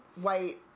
white